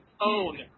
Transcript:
own